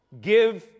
give